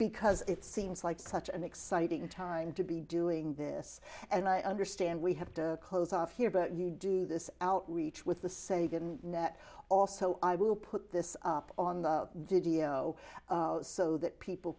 because it seems like such an exciting time to be doing this and i understand we have to close off here but you do this outreach with the sagan net also i will put this up on the video so that people